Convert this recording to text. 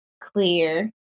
clear